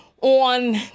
on